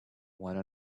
one